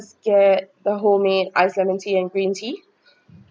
get the homemade ice lemon tea and green tea